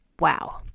wow